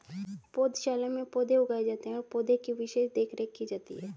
पौधशाला में पौधे उगाए जाते हैं और पौधे की विशेष देखरेख की जाती है